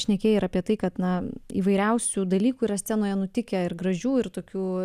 šnekėjai ir apie tai kad na įvairiausių dalykų yra scenoje nutikę ir gražių ir tokių